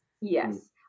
Yes